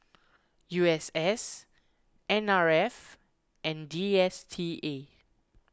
U S S N R F and D S T A